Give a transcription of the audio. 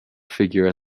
figure